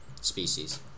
species